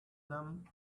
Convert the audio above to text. them